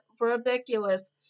ridiculous